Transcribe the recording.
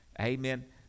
amen